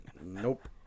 Nope